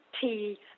tea